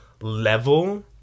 level